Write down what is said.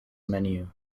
menu